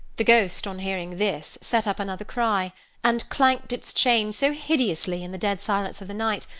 the ghost, on hearing this, set up another cry, and clanked its chain so hideously in the dead silence of the night,